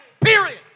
Period